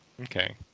Okay